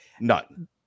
None